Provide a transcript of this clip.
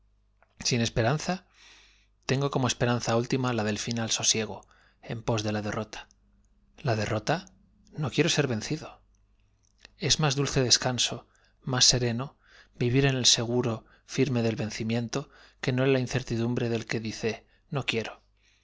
sin esperanza tengo como esperanza última la del final sosiego en pos de la derrota la derrota no quiero ser vencido es más dulce descanso más sereno vivir en el seguro firme del vencimiento que no en la incertidumbre del que dice no quiero